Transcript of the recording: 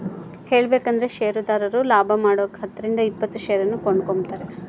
ಹೇಳಬೇಕಂದ್ರ ಷೇರುದಾರರು ಲಾಭಮಾಡಕ ಹತ್ತರಿಂದ ಇಪ್ಪತ್ತು ಷೇರನ್ನು ಕೊಂಡುಕೊಂಬ್ತಾರ